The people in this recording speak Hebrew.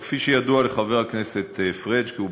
כפי שידוע לחבר הכנסת פריג' כי הוא